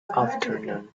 afternoon